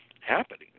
happening